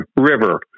river